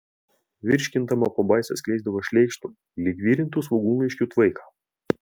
virškindama pabaisa skleisdavo šleikštų lyg virintų svogūnlaiškių tvaiką